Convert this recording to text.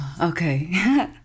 Okay